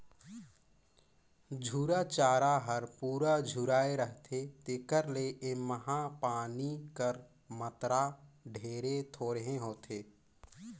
झूरा चारा हर पूरा झुराए रहथे तेकर ले एम्हां पानी कर मातरा ढेरे थोरहें होथे